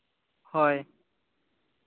ᱦᱳᱭ